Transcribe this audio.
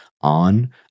on